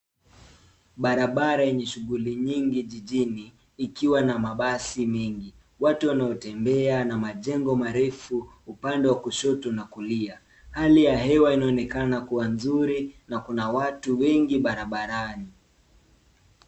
Barabara yenye shughuli nyingi jijini, ikiwa na mabasi mengi. Watu wanaotembea na majengo marefu upande wa kushoto na kulia. Hali ya hewa inaonekana kuwa nzuri na kuna watu wengi barabarani.